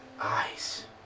Eyes